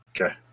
Okay